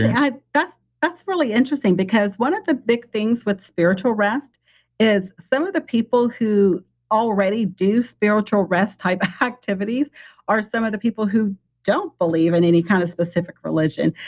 yeah that's that's really interesting because one of the big things with spiritual rest is some of the people who already do spiritual rest type activities are some of the people who don't believe in any kind of specific religion.